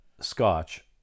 scotch